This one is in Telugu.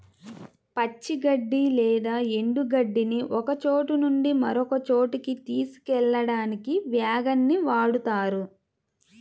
పచ్చి గడ్డి లేదా ఎండు గడ్డిని ఒకచోట నుంచి మరొక చోటుకి తీసుకెళ్ళడానికి వ్యాగన్ ని వాడుతారు